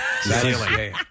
ceiling